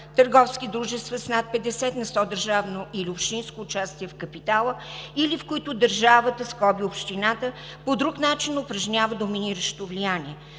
търговски дружества с над 50 на сто държавно или общинско участие в капитала или в които държавата, общината, по друг начин упражнява доминиращо влияние;